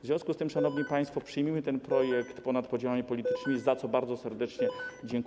W związku z tym, szanowni państwo, przyjmijmy ten projekt ponad podziałami politycznymi, za co bardzo serdecznie dziękuję.